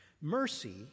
Mercy